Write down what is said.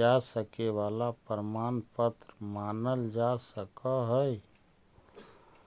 जा सके वाला प्रमाण पत्र मानल जा सकऽ हइ